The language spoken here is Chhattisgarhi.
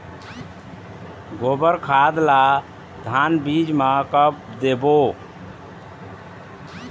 गोबर खाद ला धान बीज म कब देबो?